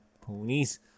ponies